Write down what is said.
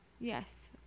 Yes